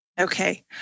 Okay